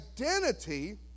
identity